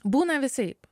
būna visaip